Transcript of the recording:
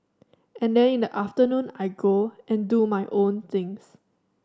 and then in the afternoon I go and do my own things